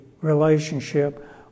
relationship